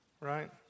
right